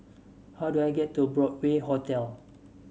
how do I get to Broadway Hotel